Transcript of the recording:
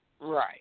right